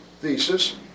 thesis